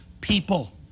people